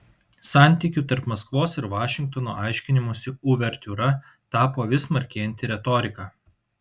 santykių tarp maskvos ir vašingtono aiškinimosi uvertiūra tapo vis smarkėjanti retorika